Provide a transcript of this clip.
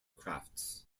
crafts